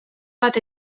bat